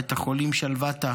בית החולים שלוותה